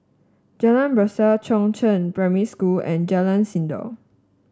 Jalan Besar Chongzheng Primary School and Jalan Sindor